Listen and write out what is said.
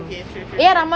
okay true true true